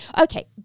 okay